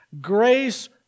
grace